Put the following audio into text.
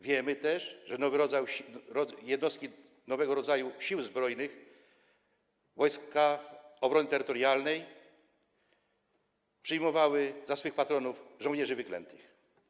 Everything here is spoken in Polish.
Wiemy też, że jednostki nowego rodzaju Sił Zbrojnych - Wojska Obrony Terytorialnej - przyjmowały na swych patronów żołnierzy wyklętych.